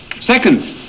Second